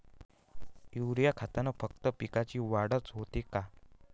Urea खतानं फक्त पिकाची वाढच होते का?